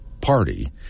party